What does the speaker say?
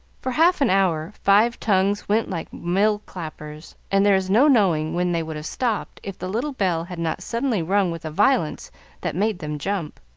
for half an hour, five tongues went like mill clappers, and there is no knowing when they would have stopped if the little bell had not suddenly rung with a violence that made them jump.